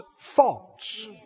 thoughts